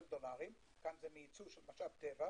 כאן זה מייצור של משאב טבע